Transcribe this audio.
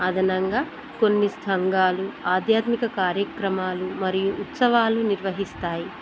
అదనంగా కొన్ని స్థంగాలు ఆధ్యాత్మిక కార్యక్రమాలు మరియు ఉత్సవాలు నిర్వహిస్తాయి